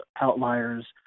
Outliers